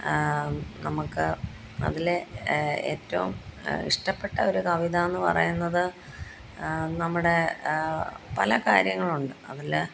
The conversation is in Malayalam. നമുക്ക് അതിലെ ഏറ്റവും ഇഷ്ടപ്പെട്ട ഒരു കവിത എന്ന് പറയുന്നത് നമ്മുടെ പല കാര്യങ്ങളുണ്ട് അതില്